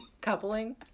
coupling